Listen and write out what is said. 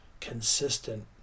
consistent